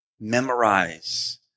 memorize